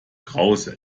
krause